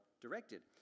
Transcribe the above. directed